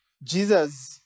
Jesus